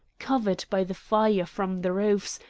covered by the fire from the roofs,